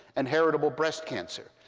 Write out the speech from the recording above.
and heritable breast cancer,